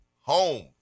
home